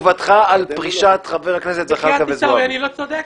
אני לא צודק?